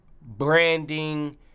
branding